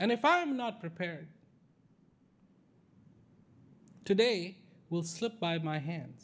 and if i am not prepared today will slip by my hand